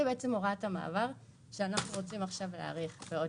זאת בעצם הוראת העבר שאנחנו רוצים עכשיו להאריך בעוד